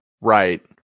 Right